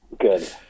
Good